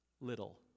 little